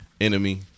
Enemy